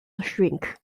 shrink